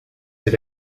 ses